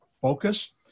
focus